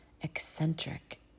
eccentric